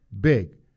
big